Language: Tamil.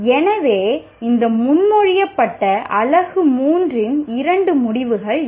எனவே இந்த முன்மொழியப்பட்ட அலகு 3 இன் இரண்டு முடிவுகள் இவை